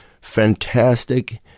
fantastic